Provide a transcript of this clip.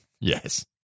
yes